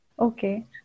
Okay